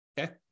Okay